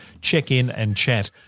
check-in-and-chat